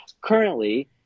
Currently